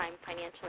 financially